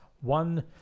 one